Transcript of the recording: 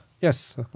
Yes